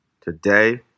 Today